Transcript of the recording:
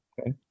Okay